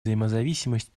взаимозависимость